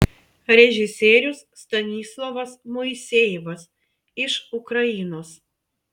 režisierius stanislovas moisejevas iš ukrainos